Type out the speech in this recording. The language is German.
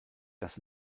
das